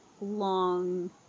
long